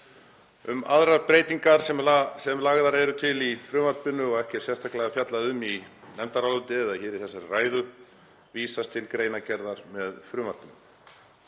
Um aðrar breytingar sem lagðar eru til í frumvarpinu og ekki er sérstaklega fjallað um í nefndaráliti eða í þessari ræðu vísast til greinargerðar með frumvarpinu.